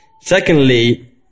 Secondly